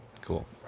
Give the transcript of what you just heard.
cool